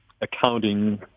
accounting